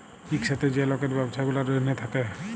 ইকসাথে যে লকের ব্যবছা গুলার জ্যনহে থ্যাকে